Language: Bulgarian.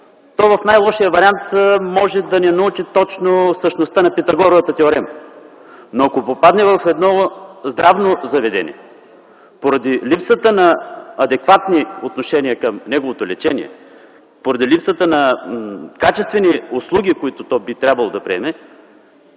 то в най-лошия вариант може да не научи точно същността на Питагоровата теорема. Но ако попадне в едно здравно заведение, поради липсата на адекватно отношение към неговото лечение, поради липсата на качествени услуги, които то би трябвало да получи,